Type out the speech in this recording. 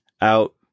out